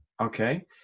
Okay